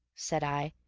said i,